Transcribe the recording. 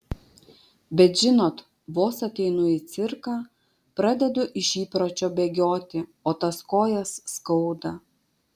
bet žinot vos ateinu į cirką pradedu iš įpročio bėgioti o tas kojas skauda